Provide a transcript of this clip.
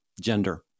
gender